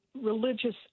Religious